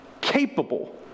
capable